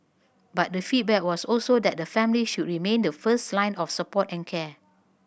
but the feedback was also that the family should remain the first line of support and care